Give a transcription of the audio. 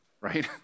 right